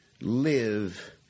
live